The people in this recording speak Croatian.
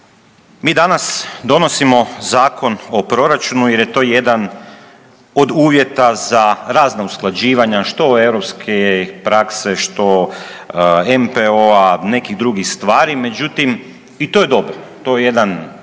Mi danas donosimo Zakon o proračunu jer je to jedan od uvjeta za razna usklađivanja što europske prakse, što NPO-a nekih drugih stvari, međutim i to je dobro, to je jedan